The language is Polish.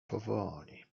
powoli